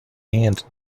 and